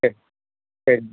சரி சரி சரிங்க